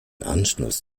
anschluss